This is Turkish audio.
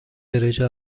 derece